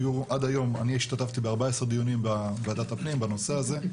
עד היום אני השתתפתי ב-14 דיונים בוועדת הפנים בנושא הזה.